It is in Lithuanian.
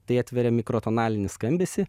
tai atveria mikrotonalinį skambesį